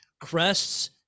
crests